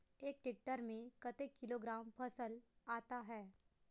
एक टेक्टर में कतेक किलोग्राम फसल आता है?